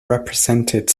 represented